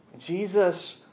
Jesus